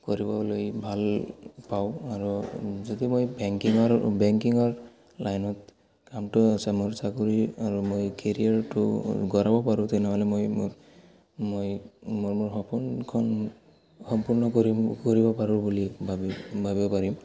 কৰিবলৈ ভাল পাওঁ আৰু যদি মই বেংকিঙৰ বেংকিঙৰ লাইনত কামটো আছে মোৰ চাকৰি আৰু মই কেৰিয়াৰটো গঢ়াব পাৰোঁ তেনেহ'লে মই মোৰ মই মোৰ মোৰ সপোনখন সম্পূৰ্ণ কৰি কৰিব পাৰোঁ বুলি ভাবি ভাবিব পাৰিম